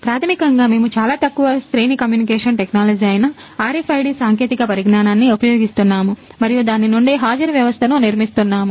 ప్రాథమికంగా మేము చాలా తక్కువ శ్రేణి కమ్యూనికేషన్ టెక్నాలజీ అయిన RFID సాంకేతిక పరిజ్ఞానాన్ని ఉపయోగిస్తున్నాము మరియు దాని నుండి హాజరు వ్యవస్థను నిర్మిస్తున్నాము